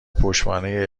پشتوانه